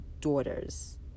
daughters